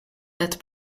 that